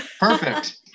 Perfect